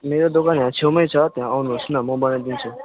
मेरो दोकानहरू छेउमै छ त्यहाँ आउनुहोस् न म बनाइदिन्छु